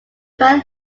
band